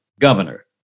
governor